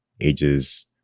ages